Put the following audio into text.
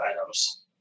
items